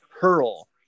hurl